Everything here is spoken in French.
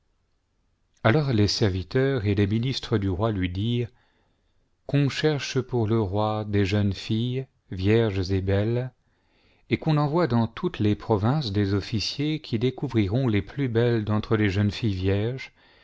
alors les serviteurs et les ministres du roi lui dirent qu'on cherche pour le roi des jeunes filles vierges et belles et qu'on envoie dans toutes les provinces des officiers qui découvriront les plus belles d'entre les jeunes filles vierges